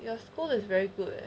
your school is very good eh